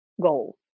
goal